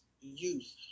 youth